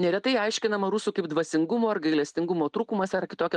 neretai aiškinama rusų kaip dvasingumo ar gailestingumo trūkumas ar kitokia